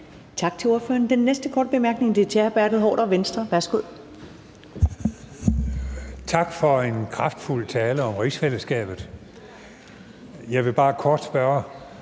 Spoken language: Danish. Tak for en kraftfuld tale om rigsfællesskabet. Jeg vil bare kort spørge,